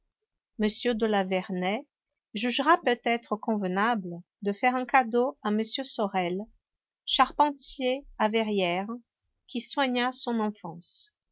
m de la vernaye jugera peut-être convenable de faire un cadeau à m sorel charpentier à verrières qui soigna son enfance